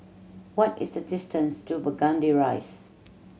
what is the distance to Burgundy Rise